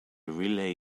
relay